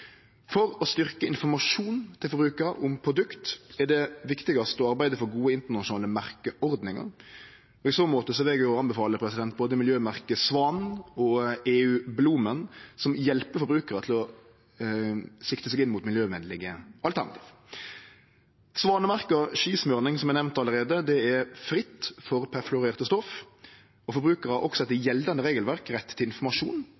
For å styrkje informasjonen til forbrukarane om produkt er det viktigast å arbeide for gode internasjonale merkeordningar. I så måte vil eg anbefale både miljømerket Svanen og EU-blomen, som hjelper forbrukarar til å sikte seg inn mot miljøvenlege alternativ. Svanemerkt skismurning, som er nemnd allereie, er fri for perfluorerte stoff. Forbrukarar har også etter gjeldande regelverk rett til informasjon